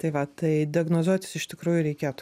tai va tai diagnozuotis iš tikrųjų reikėtų